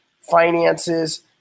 finances